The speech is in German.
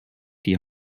die